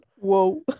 Whoa